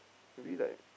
maybe like